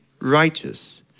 righteous